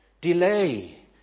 delay